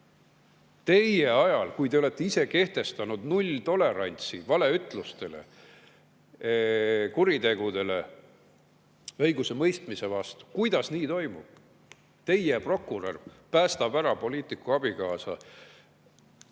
"Teie ajal, kui te olete ise kehtestanud nulltolerantsi valeütlustele, kuritegudele õigusemõistmise vastu, kuidas nii toimub? Teie prokurör päästab ära poliitiku abikaasa,